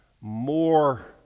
more